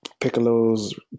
piccolo's